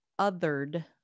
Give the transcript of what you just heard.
othered